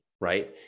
right